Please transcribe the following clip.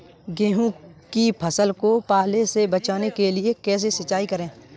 गेहूँ की फसल को पाले से बचाने के लिए कैसे सिंचाई करें?